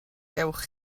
gewch